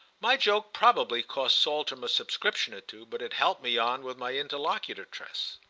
my joke probably cost saltram a subscription or two, but it helped me on with my interlocutress.